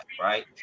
right